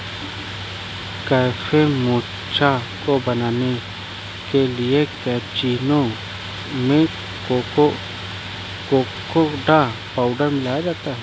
cafe mocha को बनाने के लिए कैप्युचीनो में कोकोडा पाउडर मिलाया जाता है